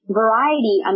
variety